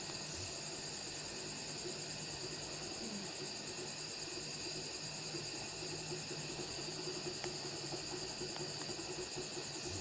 आयकर विभाग के क्या नियम हैं?